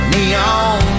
Neon